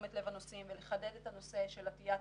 תשומת לב הנוסעים ולחדד את הנושא של עטית מסכות,